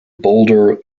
boulder